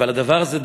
אבל הדבר הזה,